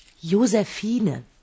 Josephine